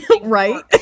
Right